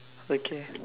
okay